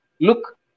look